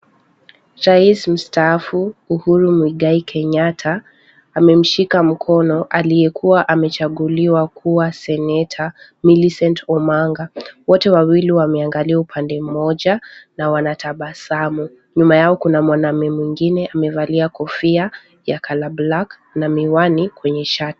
Rais mstaafu Uhuru Mwigai Kenyatta, amemshika mkono aliyekuwa amechaguliwa kuwa seneta Milicent Omanga. Wote wawili wameangalia upande mmoja na wanatabasamu. Nyuma yao kuna mwanaume mwingine amevalia kofia ya color black na miwani kwenye shati.